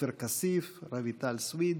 עופר כסיף, רויטל סויד.